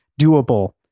doable